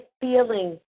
feeling